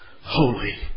holy